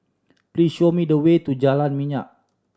please show me the way to Jalan Minyak